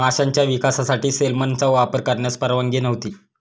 माशांच्या विकासासाठी सेलमनचा वापर करण्यास परवानगी नव्हती